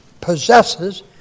possesses